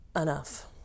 enough